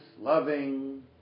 loving